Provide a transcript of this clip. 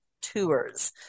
tours